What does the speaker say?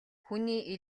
хүний